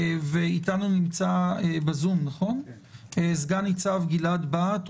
אתנו נמצא בזום סגן ניצב גלעד בהט,